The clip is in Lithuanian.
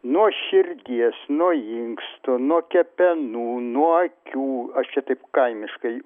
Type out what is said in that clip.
nuo širdies nuo inkstų nuo kepenų nuo akių aš čia taip kaimiškai